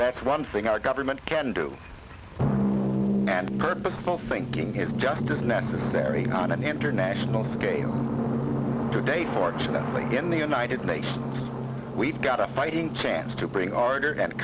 that's one thing our government can do before thinking is just as necessary on an international scale today fortunately in the united nations we've got a fighting chance to bring order and